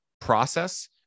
process